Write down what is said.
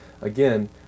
Again